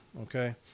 okay